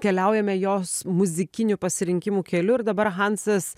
keliaujame jos muzikinių pasirinkimų keliu ir dabar hansas